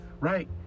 right